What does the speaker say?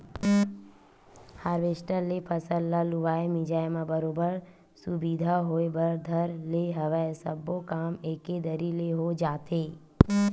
harvester ले फसल ल लुवाए मिंजाय म बरोबर सुबिधा होय बर धर ले हवय सब्बो काम एके दरी ले हो जाथे